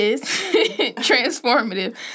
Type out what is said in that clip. transformative